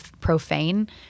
profane